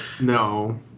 No